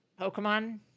Pokemon